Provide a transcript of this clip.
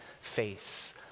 face